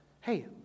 Hey